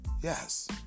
Yes